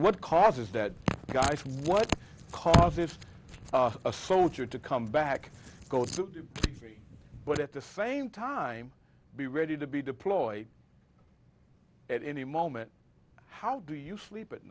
what causes that guy for what cause if a soldier to come back go through to me but at the same time be ready to be deployed at any moment how do you sleep at